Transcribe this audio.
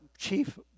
Chief